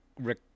Rick